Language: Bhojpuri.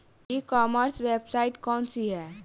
ई कॉमर्स वेबसाइट कौन सी है?